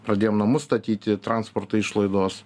pradėjom namus statyti transporto išlaidos